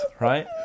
right